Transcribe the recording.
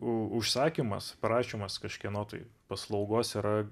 u užsakymas parašymas kažkieno tai paslaugos yra